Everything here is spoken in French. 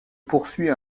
poursuit